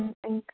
pink